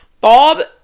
bob